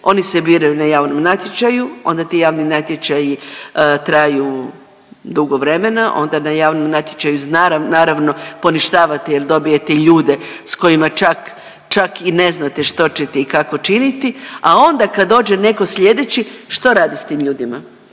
Oni se biraju na javnom natječaju, onda ti javni natječaji traju dugo vremena, onda na javnom natječaju, naravno, poništavati jer dobijete i ljude s kojima čak i ne znate što ćete i kako činiti, a onda kad dođe netko sljedeći, što radi s tim ljudima?